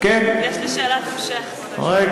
יש לי שאלת המשך, כבוד היושב-ראש.